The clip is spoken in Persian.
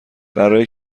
برای